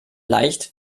leicht